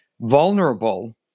vulnerable